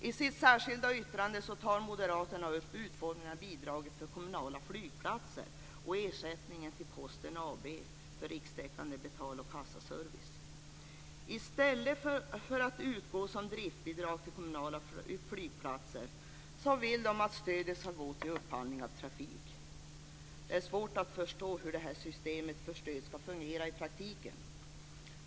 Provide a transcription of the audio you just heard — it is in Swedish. I sitt särskilda yttrande tar moderaterna upp utformningen av bidraget till kommunala flygplatser och ersättning till Posten AB för rikstäckande betalnings och kassaservice. I stället för att utgå som driftsbidrag till kommunala flygplatser vill de att stödet ska gå till upphandling av trafik. Det är svårt att förstå hur det systemet för stöd ska fungera i praktiken.